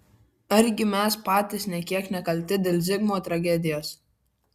argi mes patys nė kiek nekalti dėl zigmo tragedijos